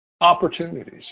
opportunities